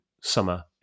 summer